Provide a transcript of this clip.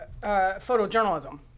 photojournalism